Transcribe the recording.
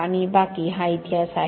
आणि बाकी हा इतिहास आहे